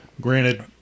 granted